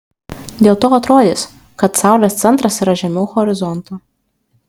dėl to atrodys kad saulės centras yra žemiau horizonto